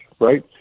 right